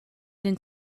den